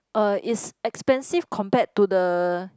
uh it's expensive compared to the